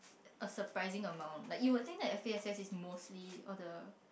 a surprising amount like you would think that F_A_S_S is mostly all the